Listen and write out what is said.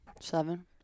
Seven